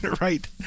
right